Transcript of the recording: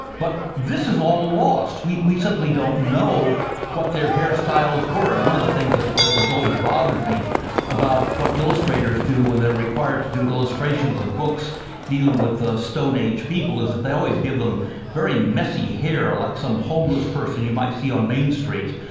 but this is all lost. we we simply don't know what their hairstyles were. one of the things that that has always bothered me about what illustrators do when they're required to do illustrations of books dealing with ah stone age people, is that they always give them very messy hair, like some homeless person you might see on main street,